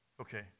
Okay